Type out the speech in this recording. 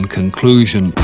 conclusion